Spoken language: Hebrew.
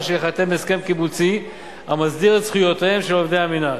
שייחתם הסכם קיבוצי המסדיר את זכויותיהם של עובדי המינהל.